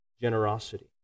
generosity